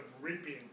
reaping